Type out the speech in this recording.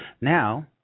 Now